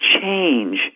change